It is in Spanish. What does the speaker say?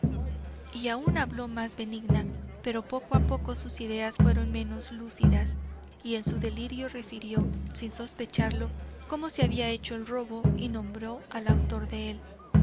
y aun habló más benigna pero poco a poco sus ideas fueron menos lúcidas y en su delirio refirió sin sospecharlo cómo se habla hecho el robo y nombró al autor de él